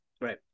Right